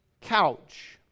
couch